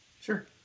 Sure